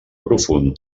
profund